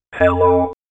Hello